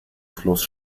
fluss